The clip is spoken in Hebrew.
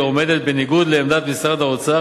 עומדת בניגוד לעמדת משרד האוצר,